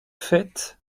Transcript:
fait